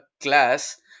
class